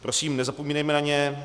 Prosím nezapomínejme na ně.